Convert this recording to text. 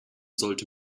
sollte